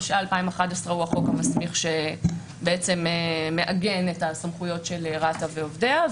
התשע"א 2011 הוא החוק המסמיך שמעגן את הסמכויות של רת"א ועובדיה,